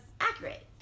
accurate